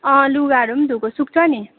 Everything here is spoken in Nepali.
अँ लुगाहरू पनि धोएको सुक्छ नि